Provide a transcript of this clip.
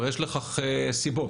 הרי יש לכך סיבות.